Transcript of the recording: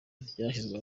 ryashyizwe